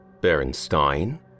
Berenstein